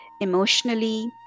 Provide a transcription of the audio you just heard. emotionally